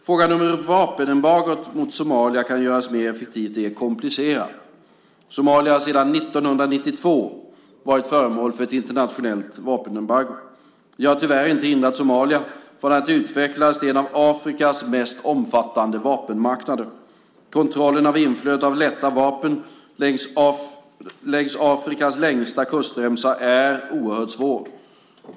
Frågan om hur vapenembargot mot Somalia kan göras mer effektivt är komplicerad. Somalia har sedan 1992 varit föremål för ett internationellt vapenembargo. Det har tyvärr inte hindrat Somalia från att utvecklas till en av Afrikas mest omfattande vapenmarknader. Kontrollen av inflödet av lätta vapen längs Afrikas längsta kustremsa är oerhört svår.